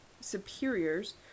superiors